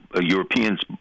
Europeans